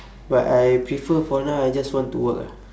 but I prefer for now I just want to work ah